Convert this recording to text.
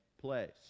place